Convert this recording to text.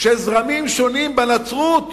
של זרמים שונים בנצרות,